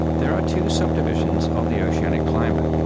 there are two subdivisions of the oceanic climate,